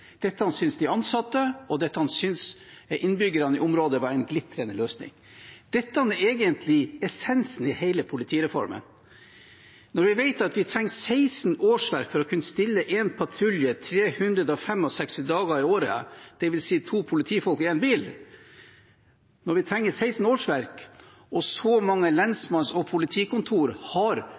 Dette syntes de ansatte og innbyggerne i området var en glitrende løsning. Dette er egentlig essensen i hele politireformen. Når vi vet at vi trenger 16 årsverk for å kunne stille en patrulje 365 dager i året, dvs. to politifolk i én bil, og så mange lensmanns- og politikontor har få ansatte, sier det seg selv at vi klarer ikke å få ut effekten av den styrken som vi har